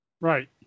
Right